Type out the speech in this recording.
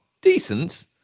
decent